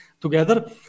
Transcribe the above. together